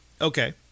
Okay